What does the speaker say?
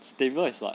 stable is what